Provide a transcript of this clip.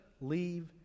leave